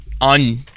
on